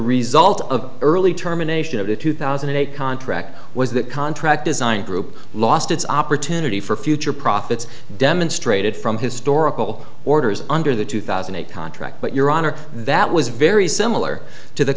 result of early terminations of the two thousand and eight contract was that contract design group lost its opportunity for future profits demonstrated from historical orders under the two thousand and eight contract but your honor that was very similar to the